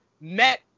met